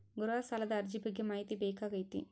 ಗೃಹ ಸಾಲದ ಅರ್ಜಿ ಬಗ್ಗೆ ಮಾಹಿತಿ ಬೇಕಾಗೈತಿ?